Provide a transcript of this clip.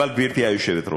אבל, גברתי היושבת-ראש,